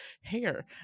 hair